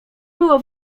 było